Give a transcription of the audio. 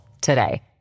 today